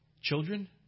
children